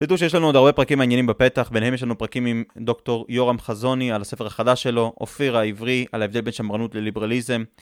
תדעו שיש לנו עוד הרבה פרקים עניינים בפתח ביניהם יש לנו פרקים עם דוקטור יורם חזוני על הספר החדש שלו אופיר העברי על ההבדל בין שמרנות לליברליזם